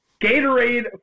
Gatorade